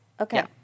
Okay